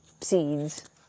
seeds